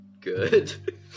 Good